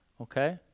okay